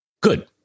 Good